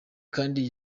kandi